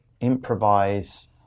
improvise